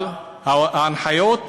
אבל ההנחיות הן: